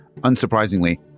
Unsurprisingly